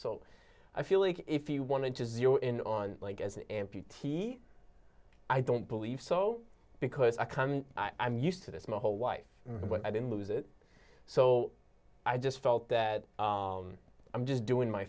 so i feel like if you wanted to zero in on like as an m p t i don't believe so because i'm used to this my whole life but i didn't lose it so i just felt that i'm just doing my